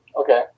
Okay